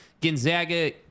Gonzaga